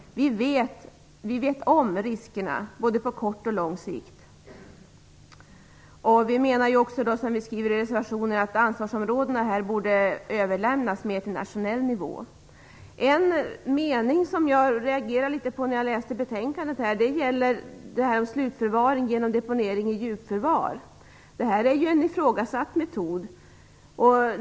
Vi känner till riskerna både på kort och på lång sikt. Vi menar också, som vi skriver i reservationen, att ansvarsområdena borde övergå till en mer nationell nivå. En mening som jag reagerade litet på när jag läste betänkandet gäller slutförvaring genom deponering i djupförvar. Det är ju en ifrågasatt metod.